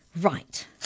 Right